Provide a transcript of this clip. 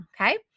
Okay